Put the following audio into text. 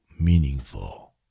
meaningful